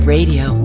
Radio